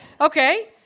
Okay